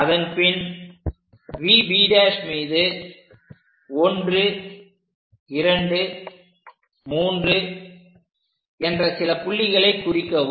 அதன்பின் VB' மீது 123 என்ற சில புள்ளிகளை குறிக்கவும்